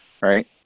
right